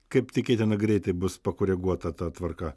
kaip tikėtina greitai bus pakoreguota ta tvarka